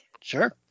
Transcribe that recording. Sure